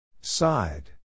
side